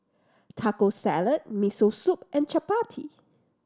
Taco Salad Miso Soup and Chapati